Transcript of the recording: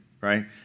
right